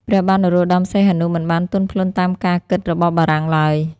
ព្រះបាទនរោត្ដម សីហនុ មិនបានទន់ភ្លន់តាមការគិតរបស់បារាំងឡើយ។